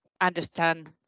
understand